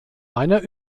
meiner